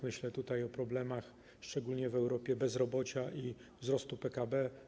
Myślę o problemach - w szczególnie w Europie - bezrobocia i wzrostu PKB.